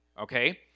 okay